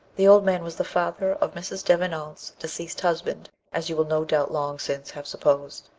the old man was the father of mrs. devenant's deceased husband, as you will no doubt long since have supposed.